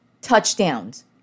touchdowns